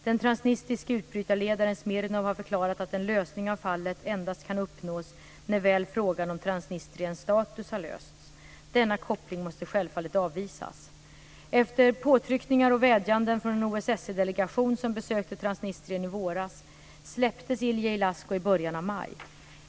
Den transnistriske utbrytarledaren Smirnov har förklarat att en lösning av fallet endast kan uppnås när väl frågan om Transnistriens status har lösts. Denna koppling måste självfallet avvisas. Efter påtryckningar och vädjanden från en OSSE Ilie Ilascu i början av maj.